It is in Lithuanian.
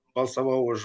balsavau už